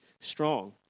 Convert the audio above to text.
strong